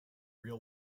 real